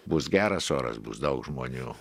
bus geras oras bus daug žmonių